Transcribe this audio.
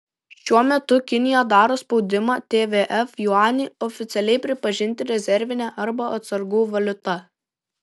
šiuo metu kinija daro spaudimą tvf juanį oficialiai pripažinti rezervine arba atsargų valiuta